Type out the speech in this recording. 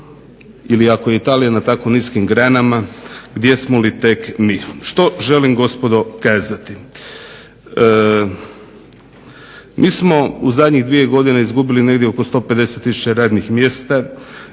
ili ako je Italija na tako niskim granama, gdje smo li tek mi. Što želim gospodo kazati? Mi smo u zadnje dvije godine izgubili negdje oko 150 tisuća radnih mjesta.